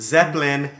Zeppelin